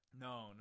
No